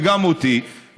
וגם אותי,